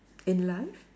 in life